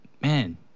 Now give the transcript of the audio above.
man